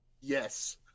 Yes